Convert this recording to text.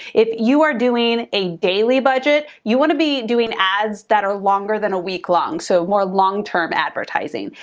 if you are doing a daily budget, you wanna be doing ads that are longer than a week long. so more long-term advertising.